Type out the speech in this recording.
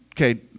okay